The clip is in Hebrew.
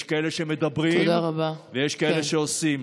יש כאלה שמדברים ויש כאלה שעושים.